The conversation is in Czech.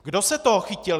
Kdo se toho chytil?